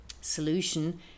solution